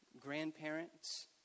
grandparents